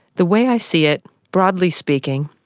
the way i see it, broadly speaking,